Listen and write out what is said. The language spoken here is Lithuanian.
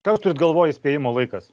ką jūs turit galvoj įspėjimo laikas